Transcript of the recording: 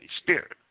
Spirit